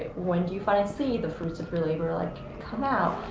when do you find and seed the fruits of your labor like come out?